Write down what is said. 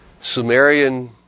Sumerian